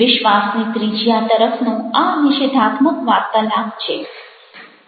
વિશ્વાસની ત્રિજ્યા તરફનો આ નિષેધાત્મક વાર્તાલાપ છે